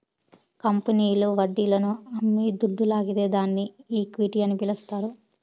కంపెనీల్లు వడ్డీలను అమ్మి దుడ్డు లాగితే దాన్ని ఈక్విటీ అని పిలస్తారు